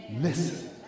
listen